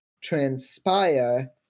transpire